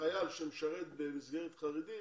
חייל שמשרת במסגרת חרדית